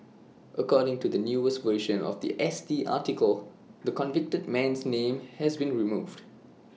according to the newest version of The S T article the convicted man's name has been removed